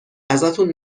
ازتون